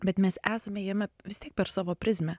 bet mes esame jame vis tiek per savo prizmę